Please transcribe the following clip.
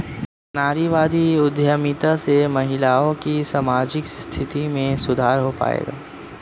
नारीवादी उद्यमिता से महिलाओं की सामाजिक स्थिति में सुधार हो पाएगा?